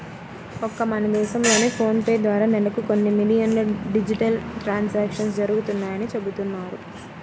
ఒక్క మన దేశంలోనే ఫోన్ పే ద్వారా నెలకు కొన్ని మిలియన్ల డిజిటల్ ట్రాన్సాక్షన్స్ జరుగుతున్నాయని చెబుతున్నారు